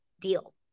deal